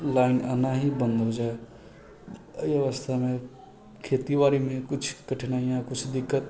line आना हि बन्द हो जा है एहि अवस्थामे खेती बाड़िमे कुछ कठिनाइयाँ कुछ दिक्कत